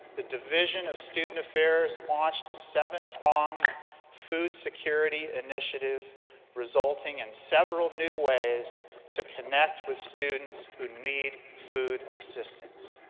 the division of student affairs launched a seven-pronged food security initiative resulting in and several new ways to connect with students who need food assistance.